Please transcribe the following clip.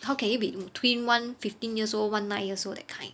how can it be twin one fifteen years old one nine years old that kind